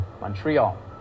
Montreal